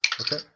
Okay